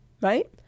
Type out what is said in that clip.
right